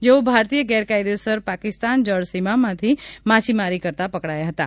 જેઓ ભારતીય ગેરકાયદેસર પાકિસ્તાન જળસીમામાંથી માછીમારી કરતા પકડાયા હતાં